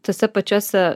tuose pačiuose